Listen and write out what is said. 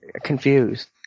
confused